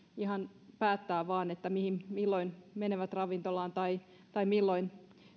ihan vain päättää milloin menevät ravintolaan tai tai milloin